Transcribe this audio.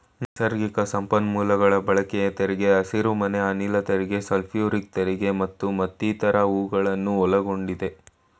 ನೈಸರ್ಗಿಕ ಸಂಪನ್ಮೂಲಗಳ ಬಳಕೆಯ ತೆರಿಗೆ, ಹಸಿರುಮನೆ ಅನಿಲ ತೆರಿಗೆ, ಸಲ್ಫ್ಯೂರಿಕ್ ತೆರಿಗೆ ಮತ್ತಿತರ ಹೂಗಳನ್ನು ಒಳಗೊಂಡಿದೆ